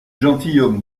gentilhomme